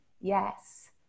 yes